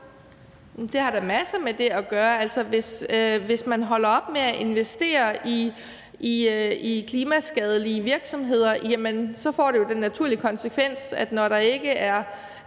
Det har da en masse med det at gøre. Altså, hvis man holder op med at investere i klimaskadelige virksomheder, jamen så får det jo den naturlige konsekvens, at når der ikke